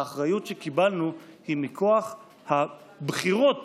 האחריות שקיבלנו היא מכוח הבחירות